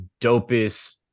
dopest